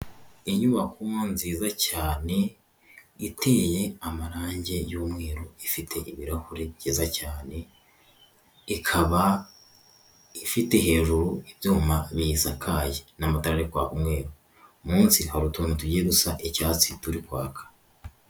Inyubako nziza cyane iteye amarangi y'umweru ifite ibirahuri byiza cyane ikaba ifite ho itumayuma bizasakai n'amatarepai umwe munsi hari utuntu tugiye dusa icyatsi turi kwaka.